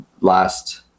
last